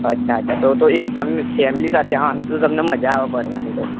અચ્છા અચ્છા તો તો એક તમે ફેમિલી સાથે આવાનું હતું તો તમને મજા આવે ફરવાની તો